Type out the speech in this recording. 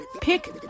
pick